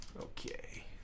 Okay